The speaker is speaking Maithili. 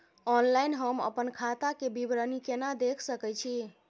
ऑनलाइन हम अपन खाता के विवरणी केना देख सकै छी?